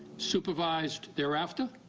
supervised thereafter.